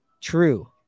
true